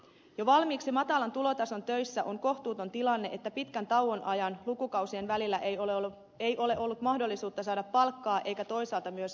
jo valmiiksi matalan tulotason töissä on kohtuuton tilanne että pitkän tauon ajan lukukausien välillä ei ole ollut mahdollisuutta saada palkkaa eikä toisaalta työttömyyskorvaustakaan